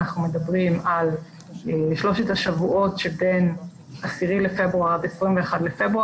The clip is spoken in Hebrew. אנחנו מדברים על שלושת השבועות שבין 21 לינואר עד 10 בפברואר,